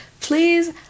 please